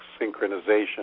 synchronization